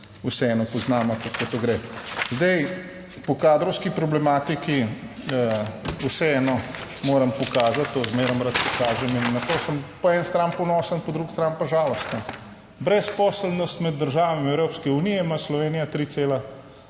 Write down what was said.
vseeno poznamo, kako to gre. Zdaj po kadrovski problematiki vseeno moram pokazati, To zmeraj rad pokažem in na to sem po eni strani ponosen, po drugi strani pa žalosten. Brezposelnost med državami Evropske unije ima Slovenija 3,1